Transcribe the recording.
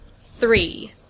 three